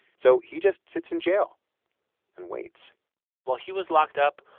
so he just sits in jail and waits while he was locked up,